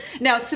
Now